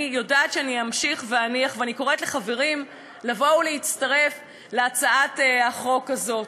אני יודעת שאני אמשיך ואני קוראת לחברים לבוא ולהצטרף להצעת החוק הזאת.